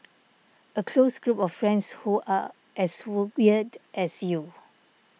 a close group of friends who are as wool weird as you